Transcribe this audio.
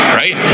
right